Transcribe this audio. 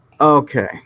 Okay